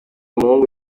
muhungu